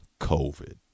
COVID